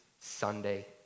Sunday